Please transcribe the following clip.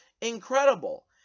incredible